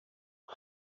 aba